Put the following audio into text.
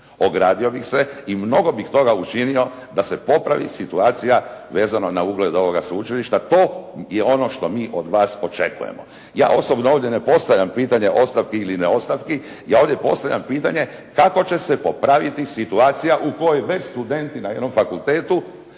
Ogradio bih se i mnogo bih toga učinio da se popravi situacija vezano na ugled ovoga sveučilišta. To je ono što mi od vas očekujemo. Ja osobno ovdje ne postavljam pitanje ostavki ili neostavki. Ja ovdje postavljam pitanje kako će se popraviti situacija u kojoj već studenti na jednom fakultetu